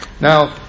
Now